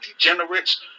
degenerates